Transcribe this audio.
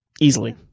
easily